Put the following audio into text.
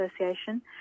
Association